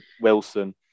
Wilson